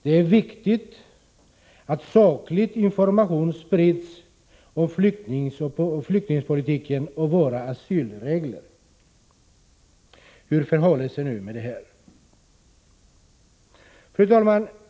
”Det är viktigt att saklig information sprids om flyktingpolitiken och våra asylregler.” Hur förhåller det sig nu med det här? Fru talman!